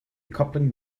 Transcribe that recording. coupling